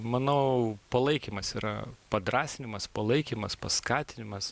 manau palaikymas yra padrąsinimas palaikymas paskatinimas